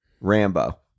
Rambo